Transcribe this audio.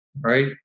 right